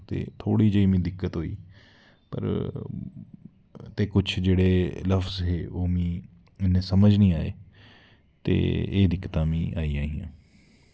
ते कुश जेह्ड़े लफ्ज हे ओह् में इन्ने समझ नी आए ते एह् दिक्कतां मीं आईयां हां